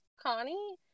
Connie